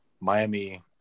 Miami